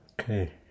Okay